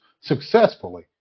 successfully